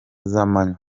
z’amanywa